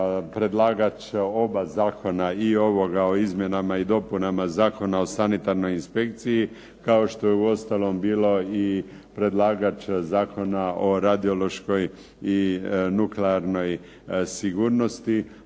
predlagač oba zakona. I ovoga o izmjenama i dopunama Zakona o sanitarnoj inspekciji kao što je uostalom bilo i predlagač Zakona o radiološkoj i nuklearnoj sigurnosti.